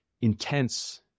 intense